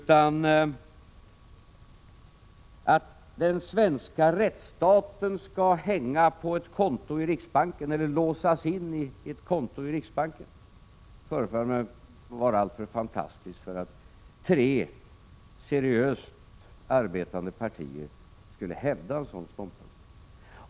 Men att den svenska rättsstaten skulle hänga på att det finns pengar inlåsta på ett konto i riksbanken förefaller mig vara alltför fantastiskt för att tre seriöst arbetande partier skulle hävda en sådan ståndpunkt.